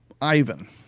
Ivan